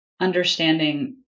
understanding